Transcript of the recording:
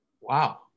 Wow